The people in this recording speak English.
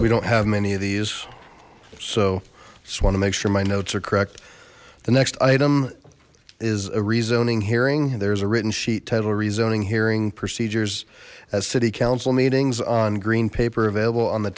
we don't have many of these so just want to make sure my notes are correct the next item is a rezoning hearing there's a written sheet title rezoning hearing procedures at city council meetings on green paper available on the